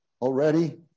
already